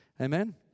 Amen